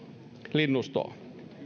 linnustoa